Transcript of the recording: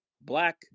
black